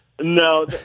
No